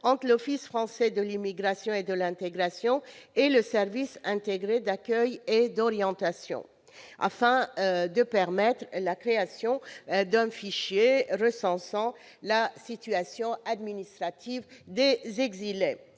entre l'Office français de l'immigration et de l'intégration et le service intégré d'accueil et d'orientation, afin de permettre la création d'un fichier recensant la situation administrative des exilés